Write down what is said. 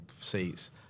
seats